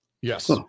Yes